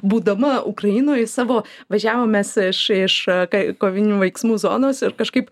būdama ukrainoje savo važiavom mes iš iš kai kovinių veiksmų zonos ir kažkaip